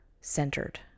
centered